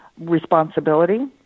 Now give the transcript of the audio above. responsibility